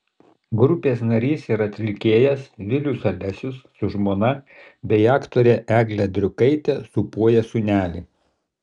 grupės narys ir atlikėjas vilius alesius su žmona bei aktore egle driukaite sūpuoja sūnelį